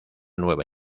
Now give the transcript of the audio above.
nueva